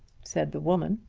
said the woman.